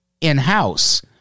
in-house